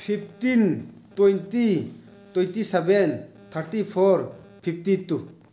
fifteen twenty twenty seven thirty four fifty two